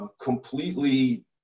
completely